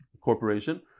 corporation